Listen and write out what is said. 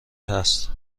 است